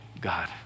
God